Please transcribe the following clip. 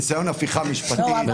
ניסיון הפיכה משפטי,